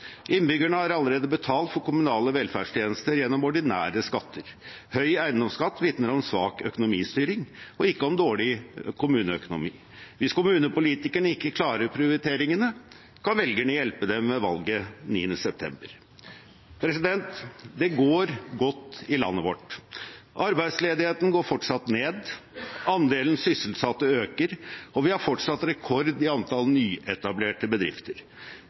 Innbyggerne har allerede betalt for kommunale velferdstjenester gjennom ordinære skatter. Høy eiendomsskatt vitner om svak økonomistyring og ikke om dårlig kommuneøkonomi. Hvis kommunepolitikerne ikke klarer prioriteringene, kan velgerne hjelpe dem ved valget 9. september. Det går godt i landet vårt. Arbeidsledigheten går fortsatt ned, andelen sysselsatte øker, og vi har fortsatt rekord i antall nyetablerte bedrifter.